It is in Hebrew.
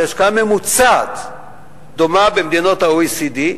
להשקעה ממוצעת דומה להשקעה במדינות ה-OECD,